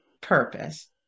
purpose